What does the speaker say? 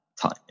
time